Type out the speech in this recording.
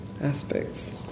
aspects